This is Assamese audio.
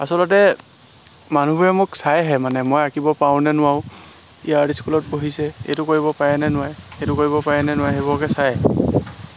আচলতে মানুহবোৰে মোক চায়হে মানে মই আঁকিব পাৰোঁনে নোৱাৰোঁ ইটো আৰ্ট স্কুলত পঢ়িছে এইটো কৰিব পাৰেনে নোৱাৰে এইটো কৰিব পাৰেনে নোৱাৰে সেইবোৰকে চায়